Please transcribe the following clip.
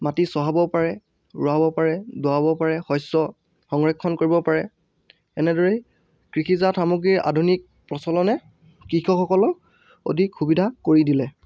মাটি চহাবও পাৰে ৰুৱাব পাৰে দোৱাব পাৰে শস্য সংৰক্ষণ কৰিব পাৰে এনেদৰেই কৃষিজাত সামগ্ৰীৰ আধুনিক প্ৰচলনে কৃষকসকলক অধিক সুবিধা কৰি দিলে